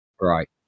right